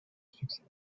succès